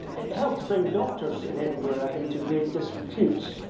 it helped to bring doctors in edinburgh into great disrepute,